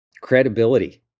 credibility